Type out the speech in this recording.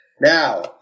Now